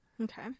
Okay